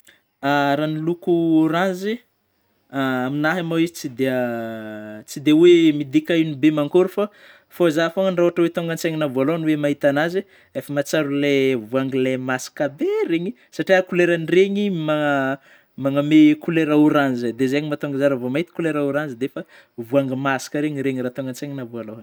Raha ny loko ôranzy aminahy mô izy tsy dia tsy dia hoe midika inona be mankôry fô fô zaho fogna raha ohatra hoe tonga an-tsaigninahy voalohany hoe mahita an'azy efa mahatsiaro ilay voangy ilay masaka be regny satria koleran'iregny magna- magname kolera ôranzy dia zegny mahatonga zaho raha vao mahita kolera ôranzy dia efa voangy masaka regny, regny raha tônga an-tsaigninahy voalohany.